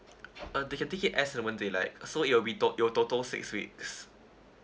uh they can take it as a maternity like so it will be to~ it'll total six weeks